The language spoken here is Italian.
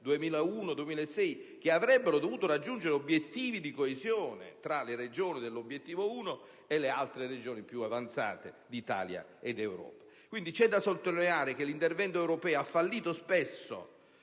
2001-2006) che avrebbero dovuto raggiungere obiettivi di coesione tra le Regioni dell'obiettivo 1 e le altre Regioni più avanzate d'Italia e d'Europa. Bisogna sottolineare che l'intervento europeo ha fallito spesso